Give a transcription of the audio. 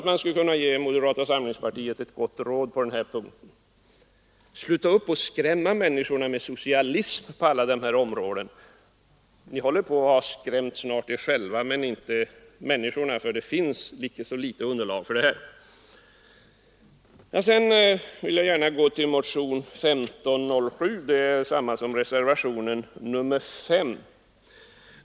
Man skulle kunna ge moderata samlingspartiet ett gott råd på den här punkten: Sluta upp att skrämma människorna med socialism på alla dessa områden. Ni har snart skrämt er själva men inte andra människor, för det finns så litet underlag för moderaternas agerande här. Jag vill sedan beröra motionen 1507. Reservationen 5 gäller samma sak.